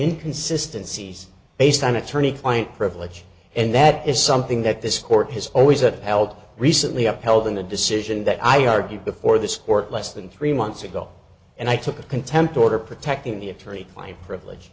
in consistencies based on attorney client privilege and that is something that this court has always that held recently upheld in a decision that i argued before this court less than three months ago and i took a contempt order protecting the attorney client privilege